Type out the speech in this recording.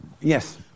Yes